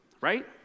Right